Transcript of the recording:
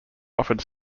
offered